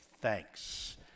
thanks